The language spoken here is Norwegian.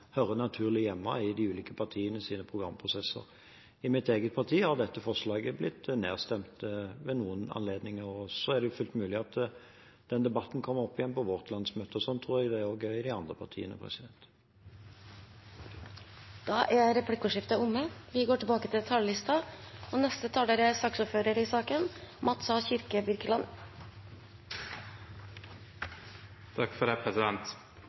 hører naturlig hjemme i de ulike partienes programprosesser. I mitt eget parti har dette forslaget blitt nedstemt ved noen anledninger. Det er fullt mulig at denne debatten kommer opp igjen på vårt landsmøte, og slik tror jeg det også er i de andre partiene. Replikkordskiftet er omme. De talere som heretter får ordet, har også en taletid på inntil 3 minutter. SV fremmer en rekke forslag i saken,